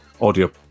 audio